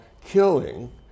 killing